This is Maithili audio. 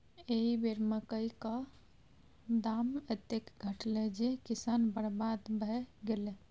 एहि बेर मकई क दाम एतेक घटलै जे किसान बरबाद भए गेलै